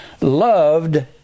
loved